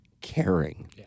caring